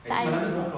tak lagi